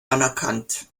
anerkannt